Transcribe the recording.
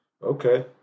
okay